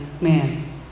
man